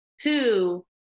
Two